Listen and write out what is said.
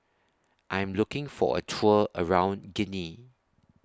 I Am looking For A Tour around Guinea